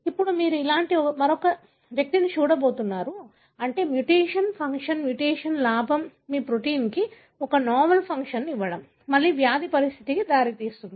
ఇప్పుడు మీరు అలాంటి మరొక చెడ్డ వ్యక్తిని చూడబోతున్నారు అంటే మ్యుటేషన్ ఫంక్షన్ మ్యుటేషన్ లాభం మీ ప్రోటీన్కు ఒక నావెల్ ఫంక్షన్ ఇవ్వడం మళ్లీ వ్యాధి పరిస్థితికి దారితీస్తుంది